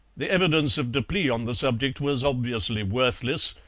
the evidence of deplis on the subject was obviously worthless,